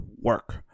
work